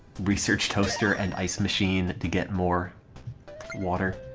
research toaster and ice machine to get more water